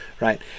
right